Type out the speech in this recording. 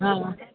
हा